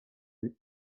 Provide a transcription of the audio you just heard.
des